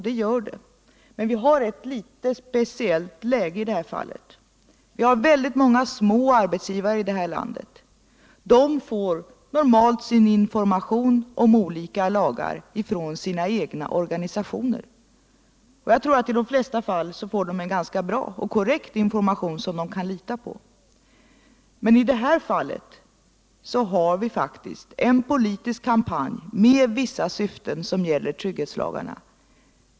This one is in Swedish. Det gör det, men vi har ett litet speciellt läge i det här fallet. Vi har många små arbetsgivare i det här landet. De får normalt sin information om olika lagar från sina egna organisationer. Jag tror att de i de flesta fall får ganska bra och korrekt information som de kan lita på, men i detta fall har vi faktiskt en politisk kampanj med vissa syften som gäller trygghetslagarna.